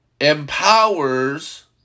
empowers